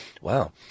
Wow